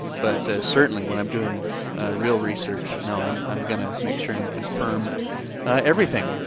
but certainly when i'm doing real research, no i'm i'm gonna make sure and confirm everything.